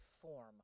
form